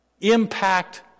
Impact